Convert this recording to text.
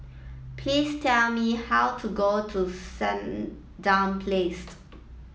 please tell me how to get to Sandown Placed